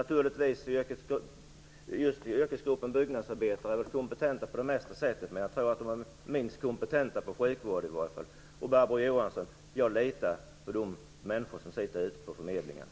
Naturligtvis är yrkesgruppen byggnadsarbetare kompetenta för det mesta, men de är minst kompetenta i fråga om sjukvård. Barbro Johansson! Jag litar på de människor som sitter på förmedlingarna.